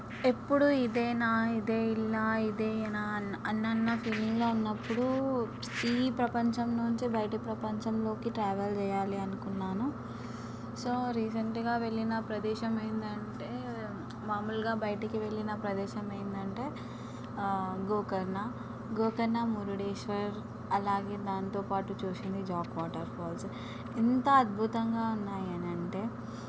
ఎప్పుడు ఇదేనా ఇదేనా ఇదేనా అన్న అన్నన్న ఫీలింగ్లో ఉన్నప్పుడు ఈ ప్రపంచం నుంచి బయట ప్రపంచంలోకి ట్రావెల్ చేయాలి అనుకున్నాను సో రీసెంట్గా వెళ్లిన ప్రదేశం ఏంటంటే మామూలుగా బయటకు వెళ్లిన ప్రదేశం ఏంటంటే గోకర్ణ గోకర్ణ మురుడేశ్వర్ అలాగే దాంతోపాటు చూసింది జాక్ వాటర్ఫాల్స్ ఎంత అద్భుతంగా ఉన్నాయనంటే